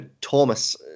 Thomas